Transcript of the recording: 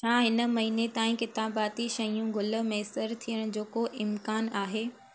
छा हिन महीने ताईं किताबाती शयूं गुल मुयसरु थियण जो को इम्कानु आहे